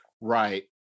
Right